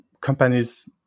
companies